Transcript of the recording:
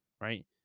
right